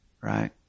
right